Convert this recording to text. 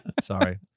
sorry